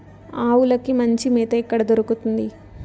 ఆవులకి మంచి మేత ఎక్కడ దొరుకుతుంది?